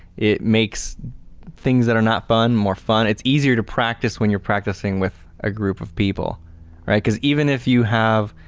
it makes things that are not fun, more fun. it's easier to practice when you're practicing with a group of people. all right? because even if you have